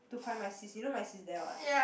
to find my sis you know my sis there what